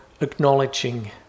acknowledging